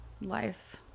life